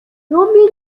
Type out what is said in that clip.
romeo